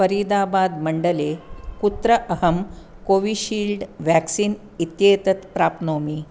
फ़रीदाबाद् मण्डले कुत्र अहं कोविशील्ड् व्याक्सीन् इत्येतत् प्राप्नोमि